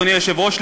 אדוני היושב-ראש,